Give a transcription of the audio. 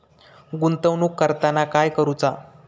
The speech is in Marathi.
गुंतवणूक करताना काय करुचा?